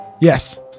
Yes